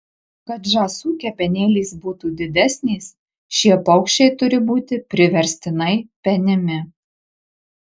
kad žąsų kepenėlės būtų didesnės šie paukščiai turi būti priverstinai penimi